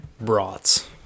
brats